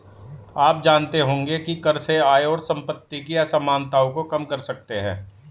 आप जानते होंगे की कर से आय और सम्पति की असमनताओं को कम कर सकते है?